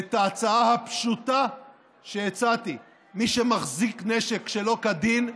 את ההצעה הפשוטה שהצעתי: מי שמחזיק נשק שלא כדין,